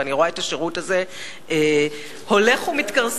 ואני רואה את השירות הזה הולך ומתכרסם,